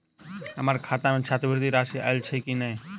हम्मर खाता मे छात्रवृति राशि आइल छैय की नै?